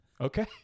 Okay